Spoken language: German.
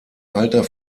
alter